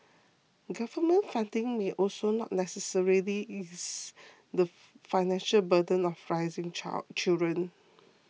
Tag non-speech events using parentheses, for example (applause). government funding may also not necessarily ease the (hesitation) financial burden of raising child children